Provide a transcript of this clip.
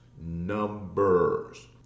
Numbers